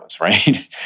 Right